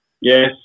Yes